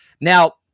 Now